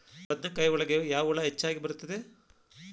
ಬದನೆಕಾಯಿ ಒಳಗೆ ಯಾವ ಹುಳ ಹೆಚ್ಚಾಗಿ ಬರುತ್ತದೆ?